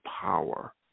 power